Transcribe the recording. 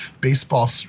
baseball